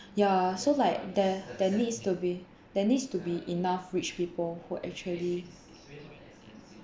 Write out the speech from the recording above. ya so like there there needs to be there needs to be enough rich people who actually